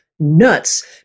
Nuts